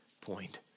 point